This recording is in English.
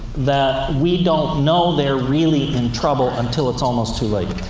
that we don't know they're really in trouble until it's almost too late.